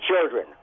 children